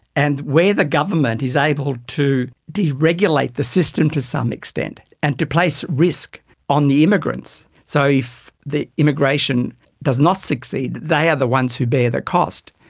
and where the government is able to deregulate the system to some extent and to place risk on the immigrants, so if the immigration does not succeed, they are the ones who bear the cost.